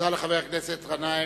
תודה לחבר הכנסת גנאים.